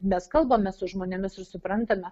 mes kalbame su žmonėmis ir suprantame